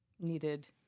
needed